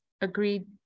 agreed